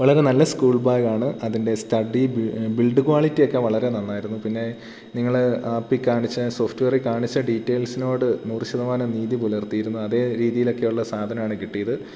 വളരെ നല്ല സ്കൂൾ ബാഗാണ് അതിൻ്റെ സ്റ്റഡി ബിൽഡ് ക്വാളിറ്റിയൊക്കെ വളരെ നന്നായിരുന്നു പിന്നെ നിങ്ങൾ ആപ്പീ കാണിച്ച സോഫ്റ്റ് വെയറിൽ കാണിച്ച ഡീറ്റൈൽസിനോട് നൂറുശതമാനം നീതി പുലർത്തിയിരുന്നു അതേ രീതിയിലൊക്കെ ഉള്ള സാധനമാണ് കിട്ടിയത്